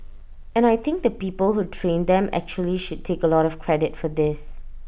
and I think the people who trained them actually should take A lot of credit for this